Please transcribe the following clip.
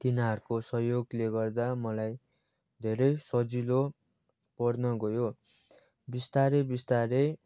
अनि तिनीहरूको सहयोगले गर्दा मलाई धेरै सजिलो पर्न गयो बिस्तारै बिस्तारै